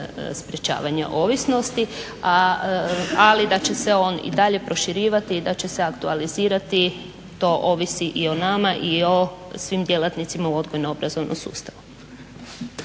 spriječavanje ovisnosti, ali da će se on i dalje proširivati i da će se aktualizirati to ovisi i o nama i o svim djelatnicima u odgojno-obrazovnom sustavu.